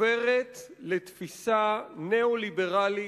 עוברת לתפיסה ניאו-ליברלית,